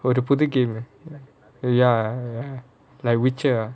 complete game ya like richer